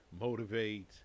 motivate